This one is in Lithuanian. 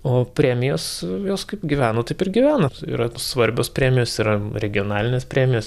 o premijos jos kaip gyveno taip ir gyvena yra svarbios premijos yra regionalinės premijos